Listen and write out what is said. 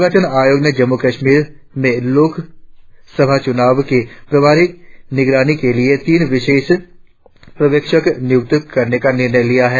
निर्वाचन आयोग ने जम्मू कश्मीर में लोकसभा चुनाव की प्रभावी निगरानी के लिए तीन विशेष प्रेक्षक नियुक्त करने का निर्णय लिया है